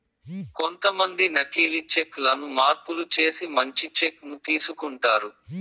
కొంతమంది నకీలి చెక్ లను మార్పులు చేసి మంచి చెక్ ను తీసుకుంటారు